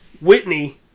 Whitney